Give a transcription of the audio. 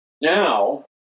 Now